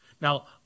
Now